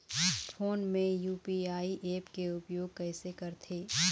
Phone मे UPI app के उपयोग कइसे करथे?